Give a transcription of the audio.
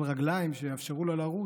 אבל רגליים שיאפשרו לה לרוץ,